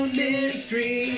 mystery